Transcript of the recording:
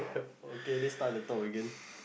okay let's start at the top again